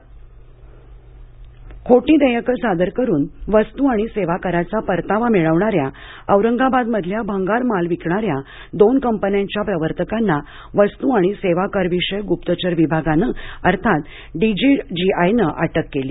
GST फसवणक खोटी देयके सादर करून वस्तू आणि सेवा कराचा परतावा मिळवणाऱ्या औरंगाबादमधल्या भंगार माल विकणाऱ्या दोन कंपन्यांच्या प्रवर्तकांना वस्तू आणि सेवा करविषयक ग्पप्तचर विभागाने अर्थात डीजीजीआयने अटक केली